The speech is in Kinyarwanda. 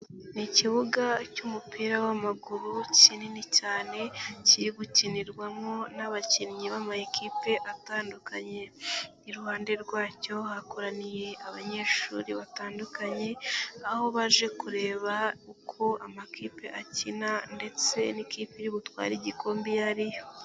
Ni ikibuga cy'umupira w'amaguru kinini cyane kiri gukinirwamo n'abakinnyi b'amakipe atandukanye, iruhande rwacyo hakoraniye abanyeshuri batandukanye aho baje kureba uko amakipe akina ndetse n'ikipe iributware igikombe iyo ari yo.